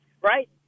right